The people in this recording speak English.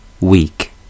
weak